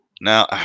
Now